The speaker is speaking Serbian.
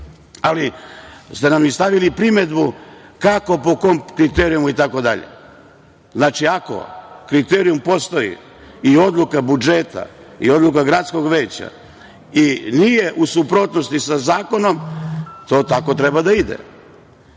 Ali ste nam stavili primedbu – kako, po kom kriterijumu, itd. Znači, ako kriterijum postoji i odluka budžeta i odluka gradskog veća i nije u suprotnosti sa zakonom, to tako treba da ide.